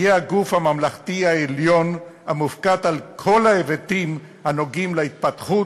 תהיה הגוף הממלכתי העליון המופקד על כל ההיבטים הנוגעים בהתפתחות,